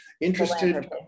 interested